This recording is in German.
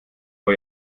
vor